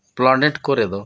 planet ᱠᱚᱨᱮ ᱫᱚ